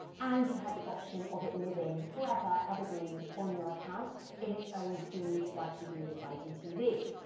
and you have the option of it living forever evergreen on your account in its own feed like you do with igtv.